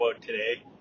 today